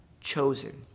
chosen